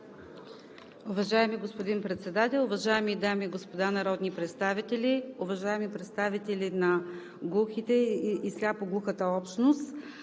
Уважаеми господин Председател, уважаеми дами и господа народни представители, уважаеми представители на глухите и сляпо-глухата общност!